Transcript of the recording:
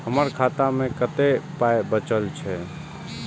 हमर खाता मे कतैक पाय बचल छै